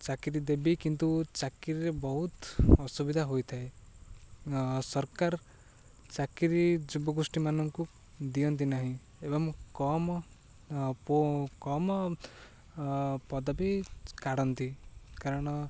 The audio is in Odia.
ଚାକିରୀ ଦେବି କିନ୍ତୁ ଚାକିରୀରେ ବହୁତ ଅସୁବିଧା ହୋଇଥାଏ ସରକାର ଚାକିରି ଯୁବଗୋଷ୍ଠୀମାନଙ୍କୁ ଦିଅନ୍ତି ନାହିଁ ଏବଂ କମ କମ ପଦବୀ କାଢ଼ନ୍ତି କାରଣ